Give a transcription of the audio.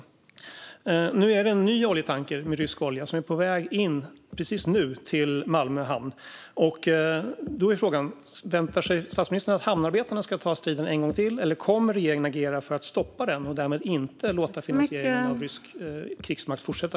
Precis nu är en ny oljetanker med rysk olja på väg in till Malmö hamn. Då är frågan: Väntar sig statsministern att hamnarbetarna ska ta striden en gång till, eller kommer regeringen att agera för att stoppa den och därmed inte låta finansieringen av rysk krigsmakt fortsätta?